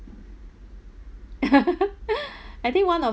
I think one of